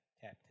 tap